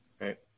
Right